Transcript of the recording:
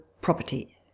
property